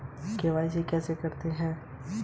ऋण के अनौपचारिक स्रोत क्या हैं?